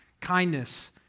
kindness